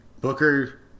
Booker